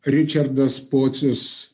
ričardas pocius